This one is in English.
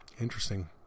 Interesting